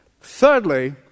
Thirdly